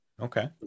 Okay